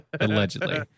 Allegedly